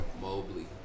Mobley